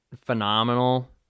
phenomenal